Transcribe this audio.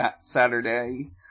Saturday